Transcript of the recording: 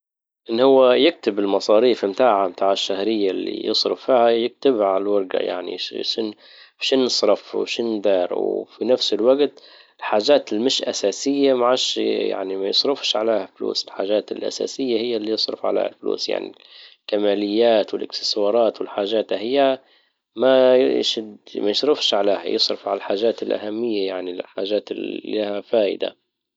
ان هو يكتب المصاريف متاعها متاع الشهرية اللي يصرف فيها يكتبها على الورجة يعني شين- شين صرفت وشين دار. وفي نفس الوجت الحاجات اللي مش اساسية ما عادش يعني ما يصرفش عليها فلوس الحاجات الاساسية هي اللي يصرف عليها فلوس. يعني كماليات والاكسسوارات ما- ما يصرفش عليها. يصرف على الحاجات الأهمية يعني الحاجات اللي ليها فائدة.